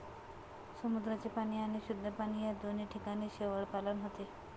समुद्राचे पाणी आणि शुद्ध पाणी या दोन्ही ठिकाणी शेवाळपालन होते